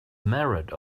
merit